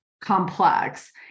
complex